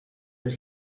del